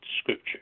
Scripture